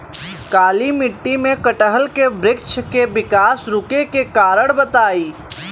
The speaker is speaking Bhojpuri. काली मिट्टी में कटहल के बृच्छ के विकास रुके के कारण बताई?